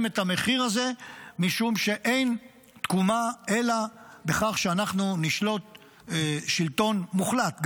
משום שאין תקומה אלא בכך שאנחנו נשלוט שלטון מוחלט,